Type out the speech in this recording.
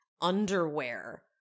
underwear